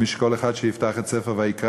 שכל אחד יפתח את ספר ויקרא